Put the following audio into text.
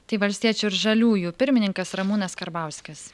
tai valstiečių ir žaliųjų pirmininkas ramūnas karbauskis